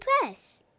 Press